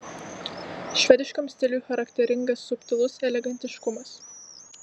švediškam stiliui charakteringas subtilus elegantiškumas